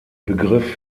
begriff